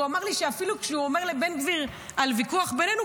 והוא אמר לי שאפילו כשהוא מספר לבן גביר על ויכוח בינינו,